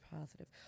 positive